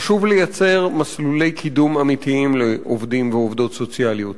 חשוב לייצר מסלולי קידום אמיתיים לעובדים ולעובדות סוציאליות,